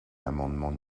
l’amendement